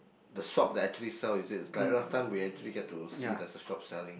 the shop they actually sell is it it's like last time we actually get to see there's a shop selling